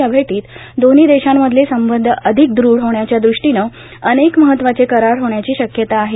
या भेटीत दोन्ही देशांमधले संबंध अधिक दृढ होण्याच्या दृष्टीनं अनेक महत्वाचे करार होण्याची शक्यता आहे